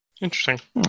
interesting